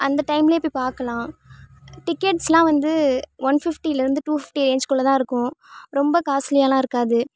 அந்த டைமில் போய் பார்க்கலாம் டிக்கெட்ஸ்லாம் வந்து ஒன் ஃபிஃப்டிலேருந்து டூ ஃபிஃப்டி ரேஞ்ச்குள்ள தான் இருக்கும் ரொம்ப காஸ்ட்லியாகலாம் இருக்காது